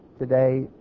today